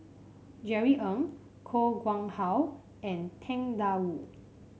Jerry Ng Koh Nguang How and Tang Da Wu